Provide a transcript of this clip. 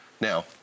Now